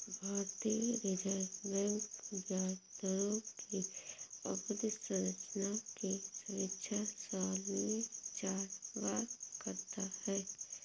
भारतीय reserve bank ब्याज दरों की अवधि संरचना की समीक्षा साल में चार बार करता है